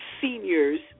seniors